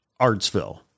Artsville